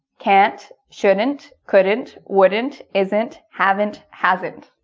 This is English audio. can't shouldn't, couldn't, wouldn't, isn't, haven't, hasn't.